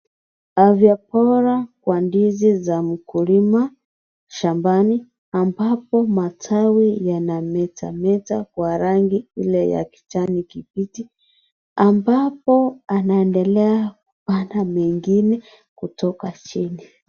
Afya bora kwa ndizi za mkulima shambani ambapo matawi yanameta meta kwa rangi ile ya kijani kibichi ambapo anaendelea kupanda mengine kutoka chini.